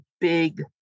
big